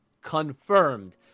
Confirmed